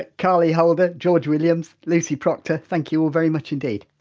ah carly holder, george williams, lucy proctor thank you all very much indeed.